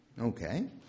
okay